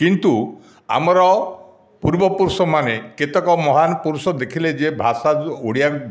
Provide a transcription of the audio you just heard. କିନ୍ତୁ ଆମର ପୁର୍ବପୁରୁଷମାନେ କେତେକ ମହାନ ପୁରୁଷ ଦେଖିଲେ ଯେ ଭାଷା ଯେଉଁ ଓଡ଼ିଆ